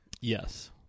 yes